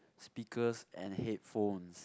speakers and headphones